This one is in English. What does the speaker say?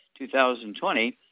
2020